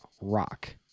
rock